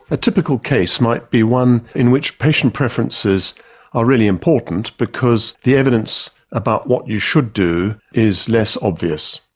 a typical case might be one in which patient preferences are really important because the evidence about what you should do is less obvious.